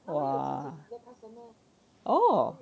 !wah! oh